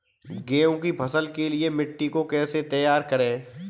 गेहूँ की फसल के लिए मिट्टी को कैसे तैयार करें?